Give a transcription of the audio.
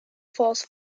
force